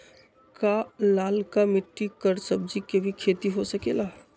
का लालका मिट्टी कर सब्जी के भी खेती हो सकेला?